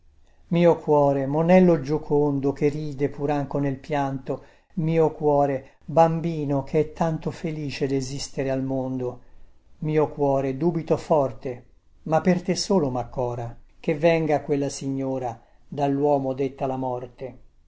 mio cuore monello giocondo che ride pur anco nel pianto mio cuore bambino che è tanto felice desistere al mondo mio cuore dubito forte ma per te solo maccora che venga quella signora dalluomo detta la morte